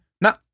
no